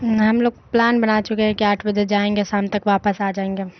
ہم لوگ پلان بنا چکے ہیں کہ آٹھ بجے جائیں گے شام تک واپس آ جائیں گے